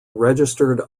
registered